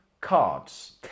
cards